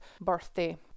birthday